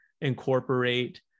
incorporate